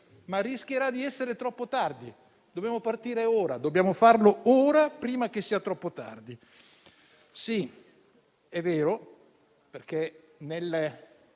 ma rischierà di essere troppo tardi. Dobbiamo partire ora, dobbiamo farlo ora prima che sia troppo tardi. Sì, è vero - è nelle